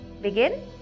Begin